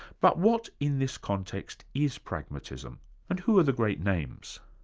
but what in this context is pragmatism and who are the great names?